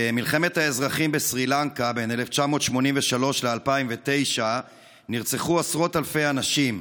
במלחמת האזרחים בסרי לנקה בין 1983 ל-2009 נרצחו עשרות אלפי אנשים.